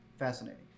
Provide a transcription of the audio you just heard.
fascinating